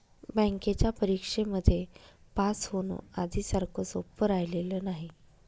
बँकेच्या परीक्षेमध्ये पास होण, आधी सारखं सोपं राहिलेलं नाही